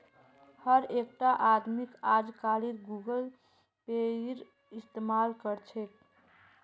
हर एकटा आदमीक अजकालित गूगल पेएर इस्तमाल कर छेक